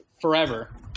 forever